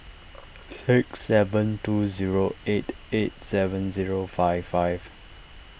six seven two zero eight eight seven zero five five